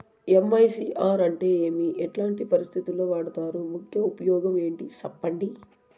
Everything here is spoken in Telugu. ఎమ్.ఐ.సి.ఆర్ అంటే ఏమి? ఎట్లాంటి పరిస్థితుల్లో వాడుతారు? ముఖ్య ఉపయోగం ఏంటి సెప్పండి?